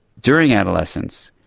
during adolescence,